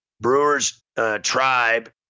Brewers-Tribe